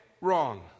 wrong